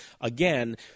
Again